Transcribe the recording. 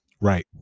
Right